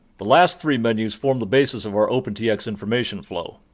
the last three menus form the basis of our opentx information flow.